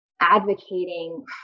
advocating